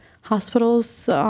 hospitals